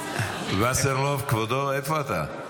וסרלאוף, כבודו, איפה אתה?